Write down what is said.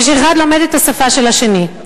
ואחד לומד את השפה של השני?